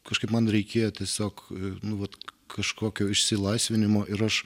kažkaip man reikėjo tiesiog nu vat kažkokio išsilaisvinimo ir aš